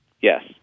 Yes